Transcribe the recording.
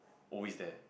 always there